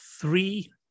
three